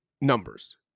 numbers